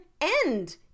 end